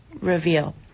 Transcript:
reveal